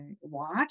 watch